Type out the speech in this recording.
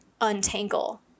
untangle